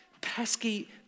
pesky